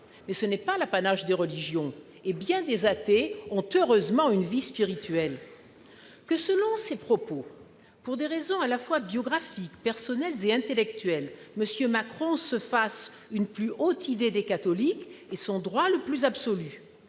mais ce n'est pas l'apanage des religions et bien des athées ont, heureusement, une vie spirituelle. Que, selon ses propos, « pour des raisons à la fois biographiques, personnelles et intellectuelles », M. Macron se fasse « une plus haute idée des catholiques » est son droit le plus absolu.